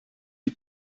die